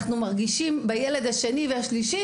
אנחנו מרגישים בילד השני והשלישי,